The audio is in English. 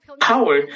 power